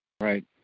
right